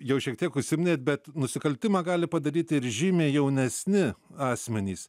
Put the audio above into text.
jau šiek tiek užsiminėt bet nusikaltimą gali padaryti ir žymiai jaunesni asmenys